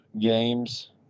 games